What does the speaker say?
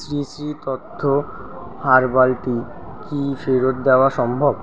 Shri Sri Tattva herbal tea কি ফেরত দেওয়া সম্ভব